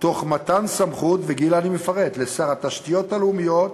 במתן סמכות, ואני מפרט: לשר התשתיות הלאומיות,